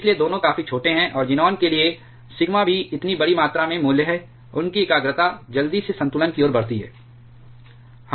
इसलिए दोनों काफी छोटे हैं और ज़ीनान के लिए सिग्मा भी इतनी बड़ी मात्रा में मूल्य है उनकी एकाग्रता जल्दी से संतुलन की ओर बढ़ती है